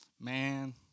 Man